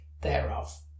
thereof